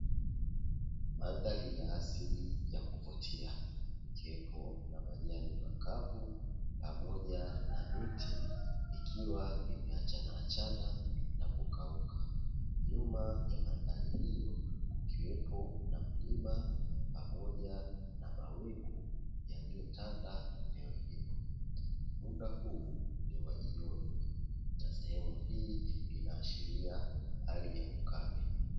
Mandhari ya asili ya kuvutia, ukiwepo na majani makavu pamoja na miti ikiwa imeachanachana na kukauka. Nyuma ya mandhari hiyo ukiwepo na mlima pamoja na mawingu yaliyotanda eneo hili. Muda huu ni wa jioni na sehemu hii inaashiria hali ya ukame.